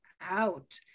out